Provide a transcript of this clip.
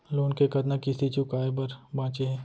Loan के कतना किस्ती चुकाए बर बांचे हे?